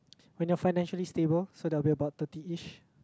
when you are financially stable so that will be about thirty-ish